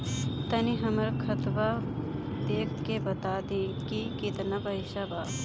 तनी हमर खतबा देख के बता दी की केतना पैसा बा?